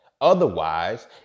Otherwise